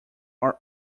are